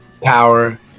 power